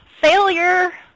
failure